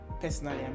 personally